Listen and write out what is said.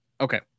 Okay